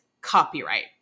copyright